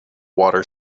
water